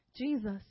Jesus